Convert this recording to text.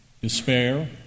despair